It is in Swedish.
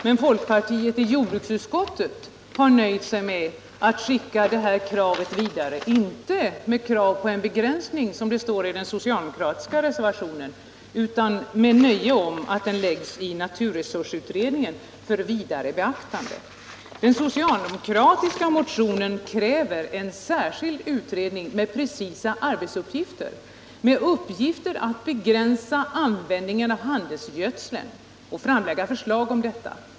Men folkpartisterna inom jordbruksutskottet har nöjt sig med att skicka motionen vidare, inte med krav på en begränsning av användningen av dessa medel, som det står i den socialdemokratiska reservationen, utan med uttalande att den bör lämnas till naturresursoch miljöutredningen för vidare beaktande. Den socialdemokratiska motionen kräver en särskild utredning med den preciserade arbetsuppgiften att utreda en begränsning av användningen av handelsgödsel och framlägga förslag om detta.